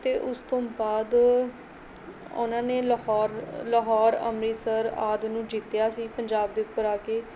ਅਤੇ ਉਸ ਤੋਂ ਬਾਅਦ ਉਹਨਾਂ ਨੇ ਲਾਹੌਰ ਲਾਹੌਰ ਅੰਮ੍ਰਿਤਸਰ ਆਦਿ ਨੂੰ ਜਿੱਤਿਆ ਸੀ ਪੰਜਾਬ ਦੇ ਉੱਪਰ ਆ ਕੇ